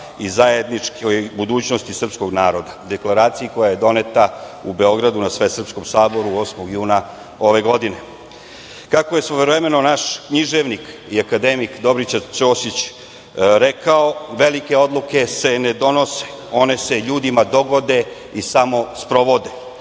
i zajedničkoj budućnosti srpskog naroda, Deklaraciji koja je doneta u Beogradu na Svesrpskom saboru 8. juna ove godine. Kako je svojevremeno naš književnik i akademik Dobrica Ćosić rekao, velike odluke se ne donose, one se ljudima dogode i samo sprovode.